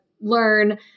learn